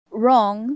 wrong